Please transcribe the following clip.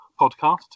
podcast